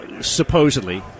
supposedly